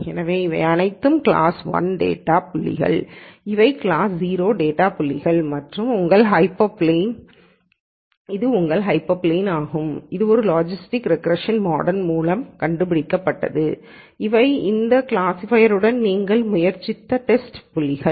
எனவே இவை அனைத்தும் கிளாஸ் 1 டேட்டா புள்ளிகள் இவை கிளாஸ் 0 டேட்டா புள்ளிகள் மற்றும் இது உங்கள் ஹைப்பர் பிளேன் ஆகும் இது ஒரு லாஜிஸ்டிக் ரெக்ரேஷன் மாடல் மூலம் கண்டுபிடிக்கப்பட்டது இவை இந்த கிளாஸிஃபையர்யுடன் நாங்கள் முயற்சித்த டேஸ்டு புள்ளிகள்